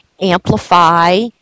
amplify